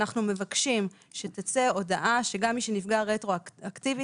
אנחנו מבקשים שגם מי שנפגע רטרואקטיבית,